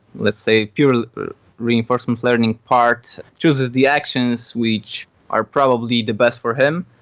let's say, pure reinforcement learning part chooses the actions which are probably the best for him,